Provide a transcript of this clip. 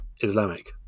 Islamic